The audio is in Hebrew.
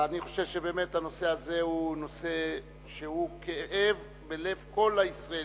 אני חושב שבאמת הנושא הזה הוא כאב בלב כל הישראלים.